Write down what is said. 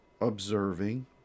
observing